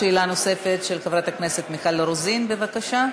שאלה נוספת של חברת הכנסת מיכל רוזין, בבקשה.